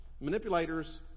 Manipulators